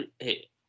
hey